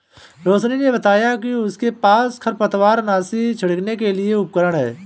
रोशिनी ने बताया कि उसके पास खरपतवारनाशी छिड़कने के लिए उपकरण है